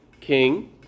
king